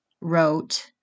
wrote